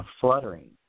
fluttering